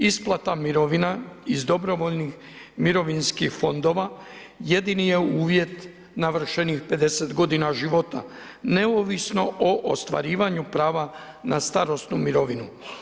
Ispala mirovina iz dobrovoljnih mirovinskih fondova jedini je uvjet navršenih 50 godina života, neovisno o ostvarivanju prava na starosnu mirovinu.